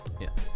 yes